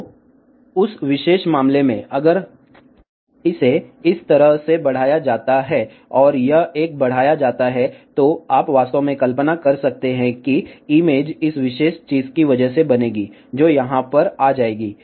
तो उस विशेष मामले में अगर इसे इस तरह बढ़ाया जाता है और यह एक बढ़ाया जाता है तो आप वास्तव में कल्पना कर सकते हैं कि इमेज इस विशेष चीज की वजह से बनेगी जो यहां पर आ जाएगी